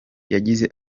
yagize